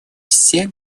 все